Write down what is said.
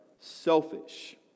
selfish